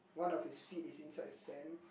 one of his feet is inside the sand